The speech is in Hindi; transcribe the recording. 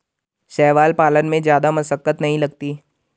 शैवाल पालन में जादा मशक्कत नहीं लगती